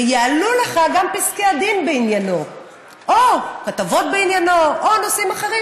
ויעלו לך גם פסקי הדין בעניינו או כתבות בעניינו או נושאים אחרים,